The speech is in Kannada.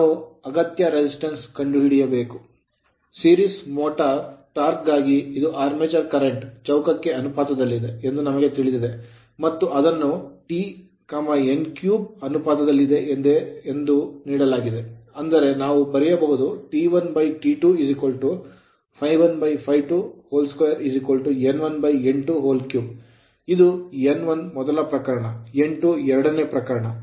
Series motor ಸರಣಿ ಮೋಟಾರ್ torque ಟಾರ್ಕ್ ಗಾಗಿ ಇದು armature current ಆರ್ಮೇಚರ್ ಕರೆಂಟ್ ಚೌಕಕ್ಕೆ ಅನುಪಾತದಲ್ಲಿದೆ ಎಂದು ನಮಗೆ ತಿಳಿದಿದೆ ಮತ್ತು ಅದನ್ನು T n3 ಅನುಪಾತದಲ್ಲಿ ಇದೆ ಎಂದು ನೀಡಲಾಗಿದೆ ಅಂದರೆ ನಾವು ಬರೆಯಬಹುದು T1T2 ∅1∅22 n1 n23 ಇದು n1 ಮೊದಲ ಪ್ರಕರಣ n2 ಎರಡನೇ ಪ್ರಕರಣ